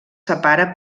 separa